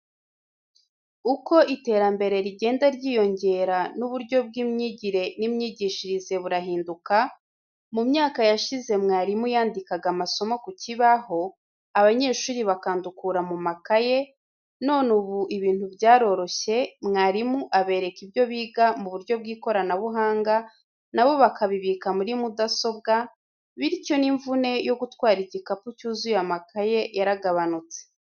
Uko iterambere rigenda ryiyongera n'uburyo bw'imyigire n'imyigishirize burahinduka, mu myaka yashize mwarimu yandikaga amasomo ku kibaho, abanyeshuri bakandukura mu makaye, none ubu ibintu byaroroshye, mwarimu abereka ibyo biga mu buryo bw'ikoranabuhanga na bo bakabibika muri mudasobwa, bityo n'imvune yo gutwara igikapu cyuzuye amakayi yaragabanutse.